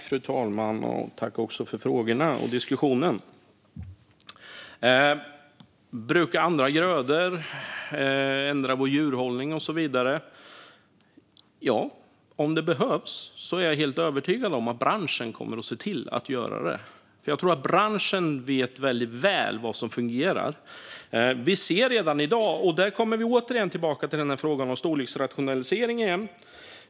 Fru talman! Jag tackar ledamoten för frågorna och diskussionen. Emma Nohrén talade om att bruka andra grödor, ändra vår djurhållning och så vidare. Jag är helt övertygad om att branschen kommer att se till att göra detta om det behövs. Jag tror att branschen vet väldigt väl vad som fungerar. Jag kommer tillbaka till frågan om storleksrationalisering.